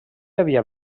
havia